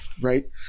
Right